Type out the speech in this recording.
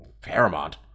Paramount